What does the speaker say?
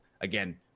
Again